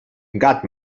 gat